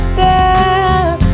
back